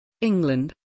England